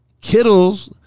Kittles